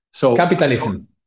Capitalism